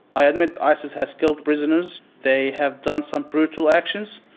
i admit isis has killed prisoners. they have done some brutal actions.